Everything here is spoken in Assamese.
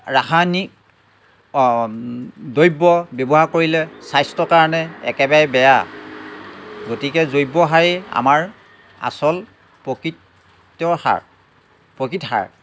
ৰাসায়নিক দ্ৰব্য ব্যৱহাৰ কৰিলে স্বাস্থ্য কাৰণে একেবাৰেই বেয়া গতিকে জৈৱ সাৰেই আমাৰ আচল প্ৰকৃত সাৰ প্ৰকৃত সাৰ